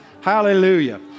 Hallelujah